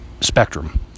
spectrum